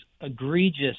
egregious